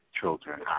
children